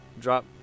drop